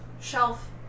shelf